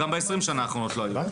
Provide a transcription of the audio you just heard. גם ב-20 שנים האחרונות לא היה.